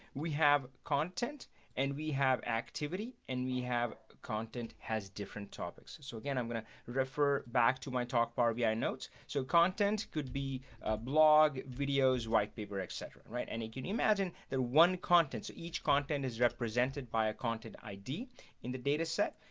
we have content and we have activity and we have content has different topics so again, i'm gonna refer back to my talk power bi ah notes. so content could be blog videos white paper, etc and right and it can imagine the one content each content is represented by a content id in the data set,